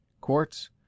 quartz